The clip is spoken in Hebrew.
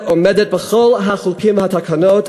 עומדת בכל החוקים והתקנות,